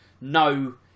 no